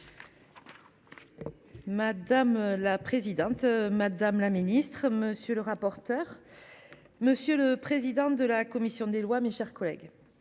Madame la présidente, madame la ministre, monsieur le rapporteur. Monsieur le président de la commission des lois, mes chers collègues.